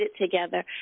together